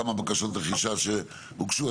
כמה בקשות רכישה שהוגשו,